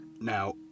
Now